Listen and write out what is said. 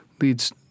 leads